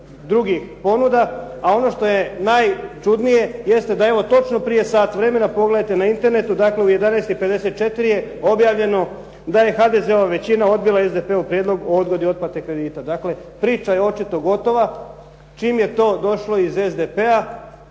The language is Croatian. a ono što je najčudnije jeste da evo točno prije sat vremena pogledajte na Internetu, dakle u 11 i 54 je objavljeno da je HDZ-ova većina odbila SDP-ov Prijedlog o odgodi otplate kredita. Dakle, priča je očito gotova čim je to došlo iz SDP-a.